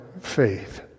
faith